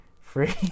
free